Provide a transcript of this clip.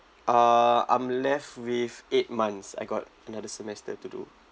uh I'm left with eight months I got another semester to do